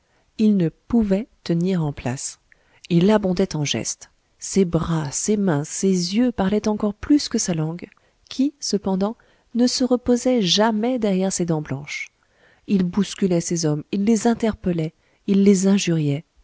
il ne pouvait tenir en place il abondait en gestes ses bras ses mains ses yeux parlaient encore plus que sa langue qui cependant ne se reposait jamais derrière ses dents blanches il bousculait ses hommes il les interpellait il les injuriait